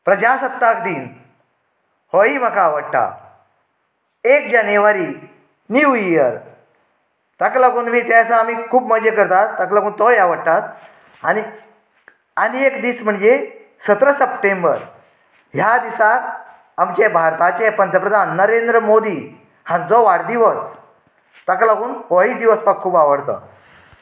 प्रजासत्ताक दीन होई म्हाका आवडटा एक जानेवारी न्यू इयर ताका लागून बी त्या दिसा आमी खूब मजा करता ताका लागून तोय आवडटा आनी आनी एक दीस म्हणजे सतरा सप्टेंबर ह्या दिसा आमचे भारतेचा पंतप्रधान नरेंद्र मोदी हांचो वाडदिवस ताका लागून होवूय दिवस म्हाका आवडता